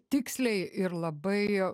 tiksliai ir labai